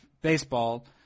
baseball